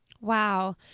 Wow